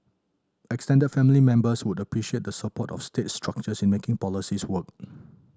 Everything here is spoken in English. extended family members would appreciate the support of state structures in making policies work